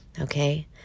Okay